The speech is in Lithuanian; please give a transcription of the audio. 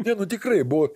ne nu tikrai buvo